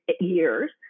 years